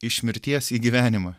iš mirties į gyvenimą